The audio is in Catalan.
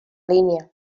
línia